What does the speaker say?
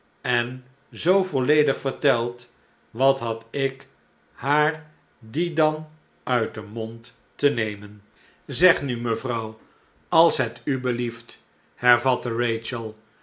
en zoo volledig vertelt wat had ik haar die dan uit den mond te nemen slechte tijden zeg nu mevrouw als het u belieft hervatte